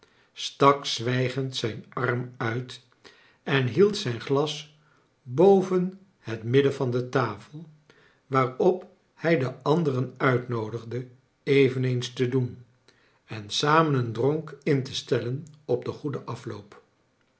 stak zwijgend zijn arm uit en hield zijn glas boven het midden van de tafel waarop hij de anderen uitnoodigde eveneens te doen en samen een dronk in te stellen op den goeden afloop